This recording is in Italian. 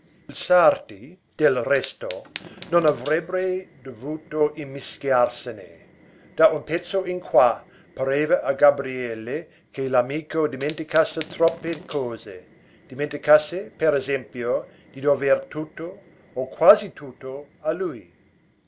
sarti del resto non avrebbe dovuto immischiarsene da un pezzo in qua pareva a gabriele che l'amico dimenticasse troppe cose dimenticasse per esempio di dover tutto o quasi tutto a lui